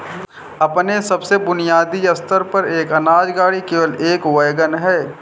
अपने सबसे बुनियादी स्तर पर, एक अनाज गाड़ी केवल एक वैगन है